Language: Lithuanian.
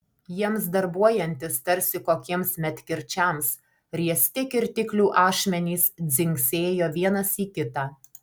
jiems darbuojantis tarsi kokiems medkirčiams riesti kirtiklių ašmenys dzingsėjo vienas į kitą